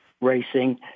racing